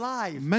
life